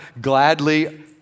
gladly